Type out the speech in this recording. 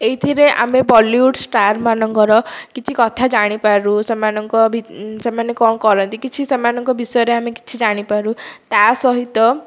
ଏହିଥିରେ ଆମେ Bollywood star ମାନଙ୍କର କିଛି କଥା ଜାଣିପାରୁ ସେମାନଙ୍କ ସେମାନେ କଣ କରନ୍ତି କିଛି ସେମାନଙ୍କ ବିଷୟରେ ଆମେ କିଛି ଜାଣିପାରୁ ତା ସହିତ